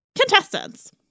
Contestants